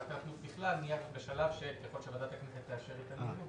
ככל שוועדת הכנסת תאשר את המיזוג,